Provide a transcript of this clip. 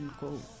go